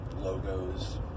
logos